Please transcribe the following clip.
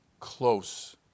close